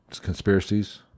conspiracies